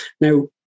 Now